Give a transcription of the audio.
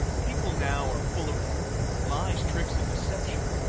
people now are full of lies, tricks, and deception.